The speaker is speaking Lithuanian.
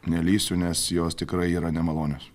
nelįsiu nes jos tikrai yra nemalonios